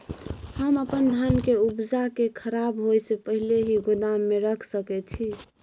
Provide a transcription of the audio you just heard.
हम अपन धान के उपजा के खराब होय से पहिले ही गोदाम में रख सके छी?